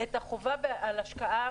את החובה על השקעה